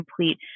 complete